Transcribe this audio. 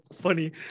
funny